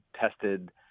tested